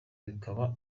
bikaba